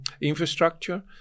infrastructure